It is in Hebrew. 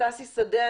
ששי שדה,